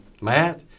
Matt